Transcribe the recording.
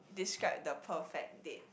describe the perfect date